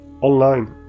Online